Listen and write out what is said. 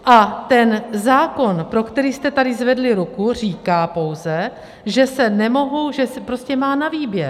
A ten zákon, pro který jste tady zvedli ruku, říká pouze, že se nemohou, že se prostě má na výběr.